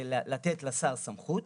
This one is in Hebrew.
זה לתת לשר סמכות,